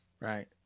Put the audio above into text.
Right